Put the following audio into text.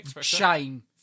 Shame